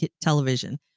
television